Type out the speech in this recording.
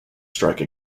strike